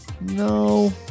no